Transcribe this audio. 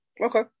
Okay